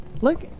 look